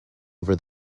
over